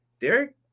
Derek